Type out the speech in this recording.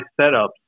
setups